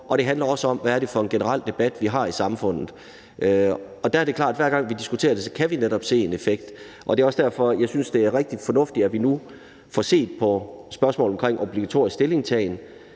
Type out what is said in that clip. og det handler også om, hvad det er for en generel debat, vi har i samfundet. Og der er det klart, at vi, hver gang vi diskuterer det, netop kan se en effekt, og det er også derfor, jeg synes, det er rigtig fornuftigt, at vi nu får set på spørgsmålet omkring en obligatorisk stillingtagen.